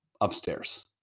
upstairs